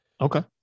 Okay